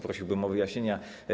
Prosiłbym o wyjaśnienia.